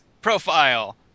profile